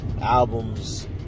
albums